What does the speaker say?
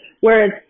Whereas